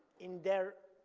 in their